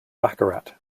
baccarat